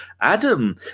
Adam